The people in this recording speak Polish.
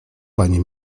panie